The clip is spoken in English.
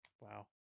Wow